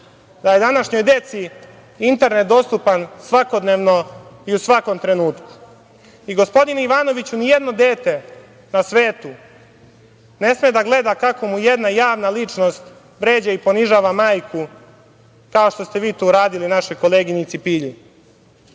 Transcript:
da je današnjoj deci internet dostupan svakodnevno i u svakom trenutku. I, gospodine Ivanoviću, ni jedno dete na svetu ne sme da gleda kako mu jedna javna ličnost vređa i ponižava majku, kao što ste vi to uradili našoj koleginici